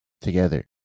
together